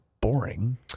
boring